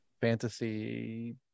fantasy